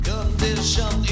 Condition